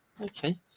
okay